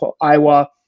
Iowa